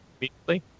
immediately